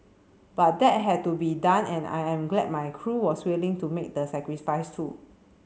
but that had to be done and I'm glad my crew was willing to make the sacrifice too